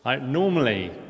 Normally